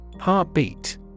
Heartbeat